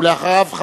ואחריו,